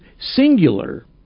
singular